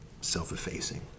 self-effacing